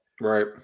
Right